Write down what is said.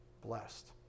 blessed